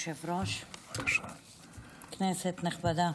כבוד היושב-ראש, כנסת נכבדה,